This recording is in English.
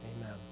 amen